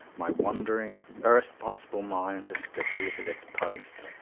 my wandering, irrespon sible mind has deserted its post.